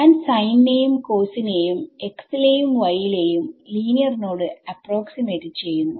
ഞാൻ സൈൻ നെയും കോസിനെയും x ലെയും y ലെയും ലീനിയർനോട് അപ്രോക്സിമേറ്റ് ചെയ്യുന്നു